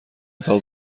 اتاق